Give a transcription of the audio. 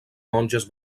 monges